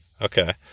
Okay